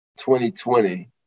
2020